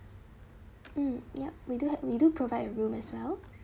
mm yup we do had we do provide a room as well